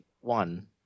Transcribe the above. one